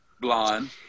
blonde